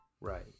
Right